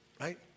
right